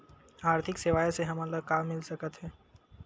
आर्थिक सेवाएं से हमन ला का मिल सकत हे?